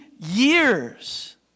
years